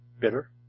Bitter